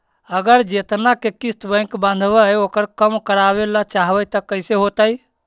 अगर जेतना के किस्त बैक बाँधबे ओकर कम करावे ल चाहबै तब कैसे होतै?